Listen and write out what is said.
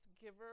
giver